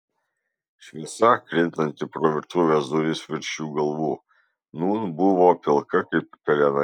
šviesa krintanti pro virtuvės duris virš jų galvų nūn buvo pilka kaip pelenai